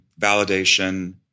validation